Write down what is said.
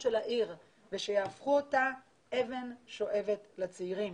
של העיר ושיהפכו אותה אבן שואבת לצעירים.